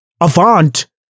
Avant